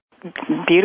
Beautiful